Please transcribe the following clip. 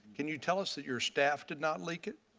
can you tell us that your staff did not leak it?